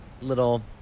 little